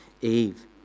Eve